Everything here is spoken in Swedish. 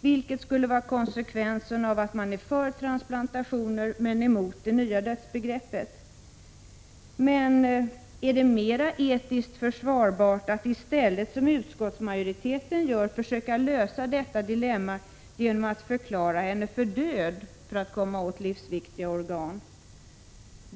vilket skulle vara konsekvensen av att man är för transplantationer men emot det nya dödsbegreppet. Men är det mera etiskt försvarbart att som utskottsmajoriteten gör försöka lösa detta dilemma genom att förklara individen för död för att komma åt livsviktiga organ?